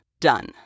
done